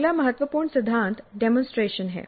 अगला महत्वपूर्ण सिद्धांत डेमोंसट्रेशन है